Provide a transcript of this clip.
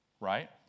right